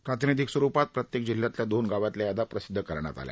प्रातिनिधीक स्वरुपात प्रत्येक जिल्ह्यातल्या दोन गावांतल्या यादया प्रसिदध करण्यात आल्या